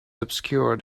obscured